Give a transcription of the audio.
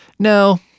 no